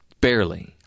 Barely